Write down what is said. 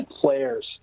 players